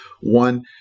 One